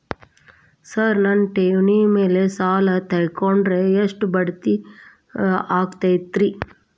Sir ನನ್ನ ಠೇವಣಿ ಮೇಲೆ ಸಾಲ ತಗೊಂಡ್ರೆ ಎಷ್ಟು ಬಡ್ಡಿ ಆಗತೈತ್ರಿ?